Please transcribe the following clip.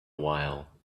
while